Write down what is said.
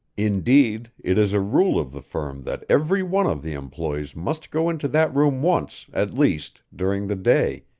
indeed, it is a rule of the firm that every one of the employees must go into that room once, at least, during the day,